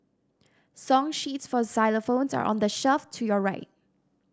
song sheets for xylophones are on the shelf to your right